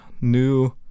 new